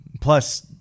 Plus